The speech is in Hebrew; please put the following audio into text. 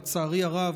לצערי הרב,